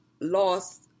lost